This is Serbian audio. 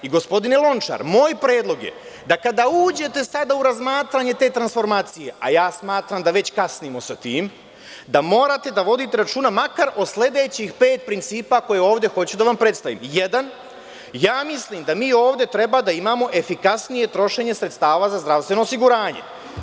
Gospodine Lončar, moj predlog je da kada uđete sada u razmatranje te transformacije, a ja smatram da već kasnimo sa tim, da morate da vodite računa makar o sledećih pet principa koje ovde hoću da vam predstavim, jedan, ja mislim da mi ovde treba da imamo efikasnije trošenje sredstava za zdravstveno osiguranje.